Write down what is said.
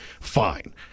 fine